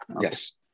Yes